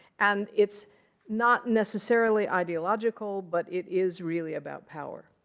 and it's not necessarily ideological. but it is really about power.